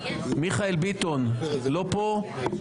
מיכאל ביטון לא פה,